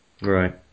Right